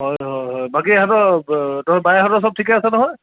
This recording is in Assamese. হয় হয় হয় বাকী ইহঁতৰ তহঁতৰ বাইহঁতৰ চব ঠিকে আছে নহয়